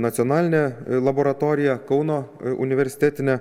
nacionalinė laboratorija kauno universitetinė